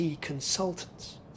consultants